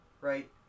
right